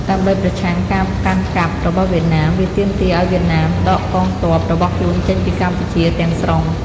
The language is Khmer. ដើម្បីប្រឆាំងការកាន់កាប់របស់វៀតណាម វាទាមទារឱ្យវៀតណាមដកកងទ័ពរបស់ខ្លួនចេញពីកម្ពុជាទាំងស្រុង ។